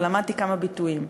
ולמדתי כמה ביטויים.